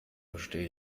verstehe